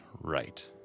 right